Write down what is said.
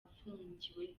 afungiwe